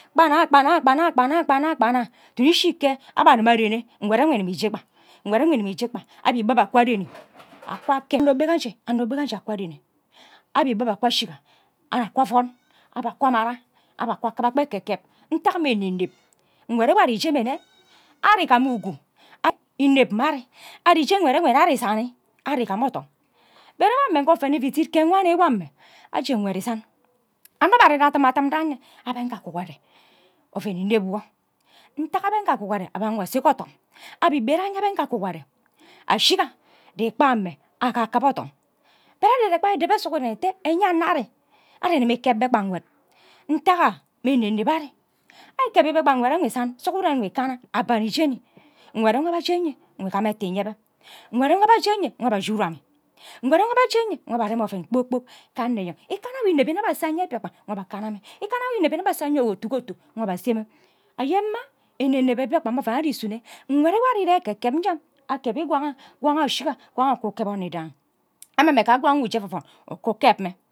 Kpa nna kpa nna kpa nna kpa nna kpa nna kpa nna duduk ishi ke abe anima arene nkwed ewe igim je kpa nkwed ewe igimi je kpa nkwe ewe igimi je kpa abebe akwa aren ukwa keb anno mbe ke nje anno mbe ka je akwairene abe annuk akwa ashiga annuk aka avon aba aba amara akwa akiba kwa ukib kpa ekekeb ntak mme eneneb nkwe ewe ari je mme nne ari igaha ugu ineb mma ari ari je nkwed enwe nna ari isani ari igima odom but ewe mme nghe oven ivi idit ke wani kwan mme aje nkwe isan anno mbe are she adim adim ran ye abe nja akogore oven ineb wo ntak abe nja akugore amang wo ase ge odom anno igbe enwe abe nja akugore ashiga ikpa gha mme agbe akiba odom but ari ire kpa k idem be sughuren atek kana enyano an ari igimi ikeb be kpa nkwe ntak gha mme eneneb ari ikeb bebe kpa nkwed enwe iba sughuren ikwe ikana abani jeni nkwed nwo aba aje npe nkwe igima etho inye be nkwe nwe abe aje nye nkwa aba ashi uru ama nkwed nwo abe aje nna nqe nka abe arem oven kpor kpok ke anno enyeng ikana nwo inebi nne abe ase enye mbiakpan nkwa abe ase ayabe ikana nwo igaha nne aba ase enye otu ghe otu nkwa abe mme anye mma eneneb mbiakpan mme oven ari isano nkwed nwo ari ire ekeb nja akeb ngwang ayo ngwang ayo ushiga ngwang ayo kukeb onno nwo idangi ame ame ke ngwang nwo uje evevon ukukeb mme